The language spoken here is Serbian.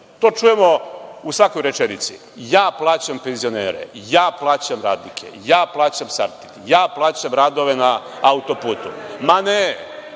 To čujemo u svakoj rečenici - ja plaćam penzionere, ja plaćam radnike, ja plaćam „Sartid“, ja plaćam radove na autoputu. Ma ne,